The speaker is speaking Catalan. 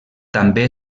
també